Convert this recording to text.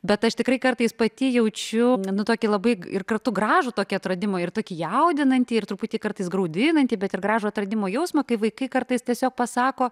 bet aš tikrai kartais pati jaučiu nu tokį labai ir kartu gražų tokį atradimą ir tokį jaudinantį ir truputį kartais graudinantį bet ir gražų atradimo jausmą kai vaikai kartais tiesiog pasako